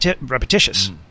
repetitious